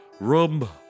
rum